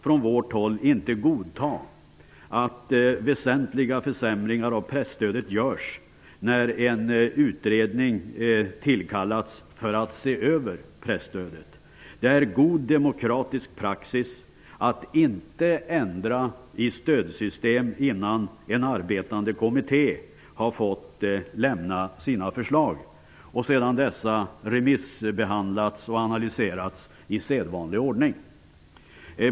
Från vårt håll kan vi inte godta att väsentliga försämringar av presstödet görs när en utredning tillkallats för att se över presstödet. Det är god demokratisk praxis att inte ändra i stödsystem innan en arbetande kommitté har lämnat sina förslag och innan dessa remissbehandlats och analyserats i sedvanlig ordning.